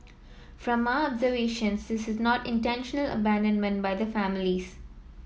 from our observation this is not intentional abandonment by the families